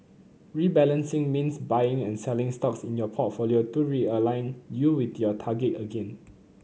rebalancing means buying and selling stocks in your portfolio to realign you with your target again